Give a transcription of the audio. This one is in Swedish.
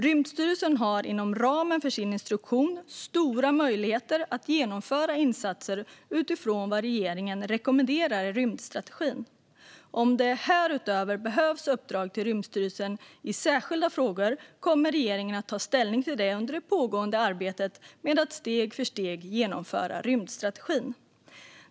Rymdstyrelsen har inom ramen för sin instruktion stora möjligheter att genomföra insatser utifrån vad regeringen rekommenderar i rymdstrategin. Om det härutöver behövs uppdrag till Rymdstyrelsen i särskilda frågor kommer regeringen att ta ställning till det under det pågående arbetet med att steg för steg genomföra rymdstrategin.